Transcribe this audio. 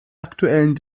aktuellen